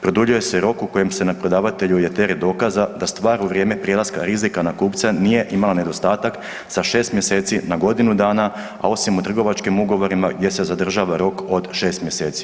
Produljuje se rok u kojem se, na prodavatelju je teret dokaza da stvar u vrijeme prelaska rizika na kupca nije imala nedostatak sa 6 mjeseci na godinu dana, a osim u trgovačkim ugovorima gdje se zadržava rok od 6 mjeseci.